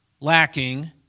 lacking